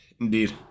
Indeed